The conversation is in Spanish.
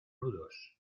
nudos